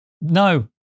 No